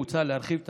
מוצע להרחיב את